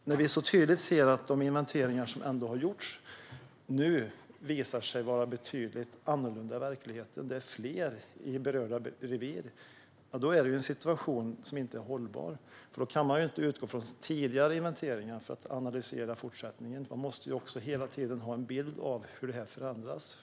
När vi så tydligt ser att verkligheten skiljer sig betydligt från de inventeringar som har gjorts - det är fler i berörda revir - är det en situation som inte är hållbar. Då kan man inte utgå från tidigare inventeringar för att analysera. Man måste hela tiden ha en bild av hur detta förändras.